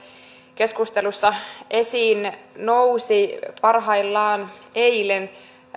keskustelussa esiin nousi eilen